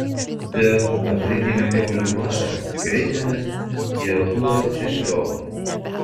dėl afrikinio kiaulių maro kreipėmės į artūrą česlioką